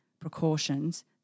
precautions